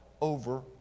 over